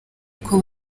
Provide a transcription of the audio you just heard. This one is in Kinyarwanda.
uko